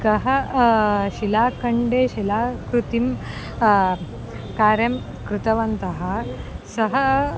कः शिलाखण्डे शिलाकृतिं कार्यं कृतवन्तः सः